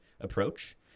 approach